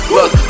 Look